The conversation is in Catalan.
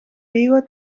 vigo